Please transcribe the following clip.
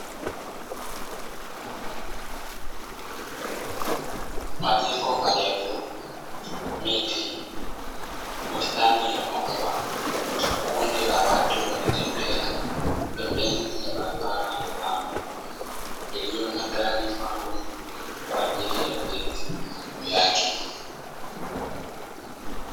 Majengo marefu, miti, bustani ya maua kundi la watu wakitembea pembeni ya barabara ya lami iliyo na gari maalumu kwa ajili ya ujenzi juu yake.